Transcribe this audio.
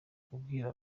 kubwira